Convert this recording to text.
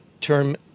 term